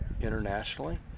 internationally